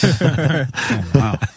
Wow